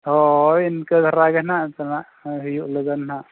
ᱦᱳᱭ ᱤᱱᱠᱟᱹ ᱫᱷᱟᱨᱟᱜᱮ ᱦᱟᱸᱜ ᱥᱮᱱᱚᱜ ᱦᱩᱭᱩᱜ ᱞᱟᱹᱜᱤᱫ ᱦᱟᱸᱜ